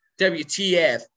WTF